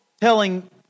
telling